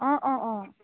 অঁ অঁ অঁ